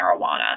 marijuana